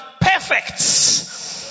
perfect